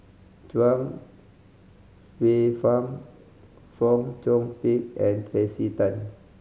Chuang Hsueh Fang Fong Chong Pik and Tracey Tan